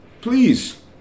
Please